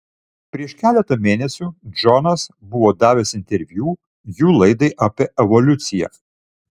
prieš keletą mėnesių džonas buvo davęs interviu jų laidai apie evoliuciją